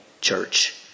Church